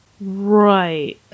Right